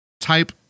type